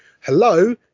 Hello